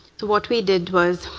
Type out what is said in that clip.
what we did was